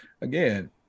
again